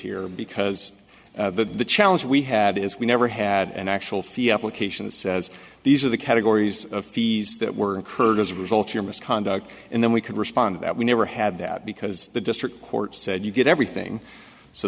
here because the challenge we had is we never had an actual fee applications says these are the categories of fees that were incurred as a result your misconduct and then we could respond that we never had that because the district court said you get everything so